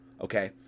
okay